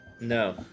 No